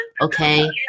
Okay